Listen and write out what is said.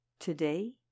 Today